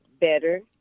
better